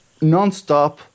nonstop